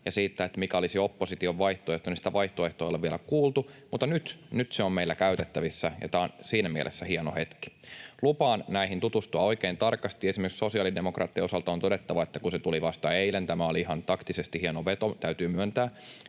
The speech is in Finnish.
ja siitä, mikä olisi opposition vaihtoehto, niin sitä vaihtoehtoa ei ole vielä kuultu. Mutta nyt, nyt se on meillä käytettävissä, ja tämä on siinä mielessä hieno hetki. Lupaan näihin tutustua oikein tarkasti. Esimerkiksi sosiaalidemokraattien osalta on todettava, että kun se tuli vasta eilen — tämä oli ihan taktisesti hieno veto, täytyy myöntää